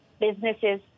businesses